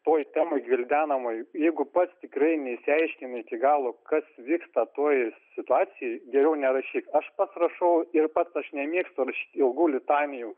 toj temoj gvildenamoj jeigu pats tikrai neišsiaiškini iki galo kas vyksta toj situacijoj geriau nerašyk aš pats rašau ir pats aš nemėgstu ilgų litanijų